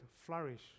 flourish